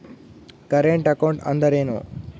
Current account ಅಂದರೇನು?